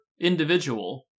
individual